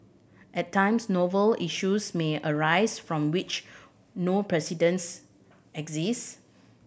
at times novel issues may arise from which no precedents exist